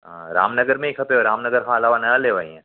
रामनगर में ही खपेव रामनगर खां अलावा न हलेव हीअं